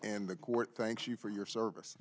and the court thank you for your service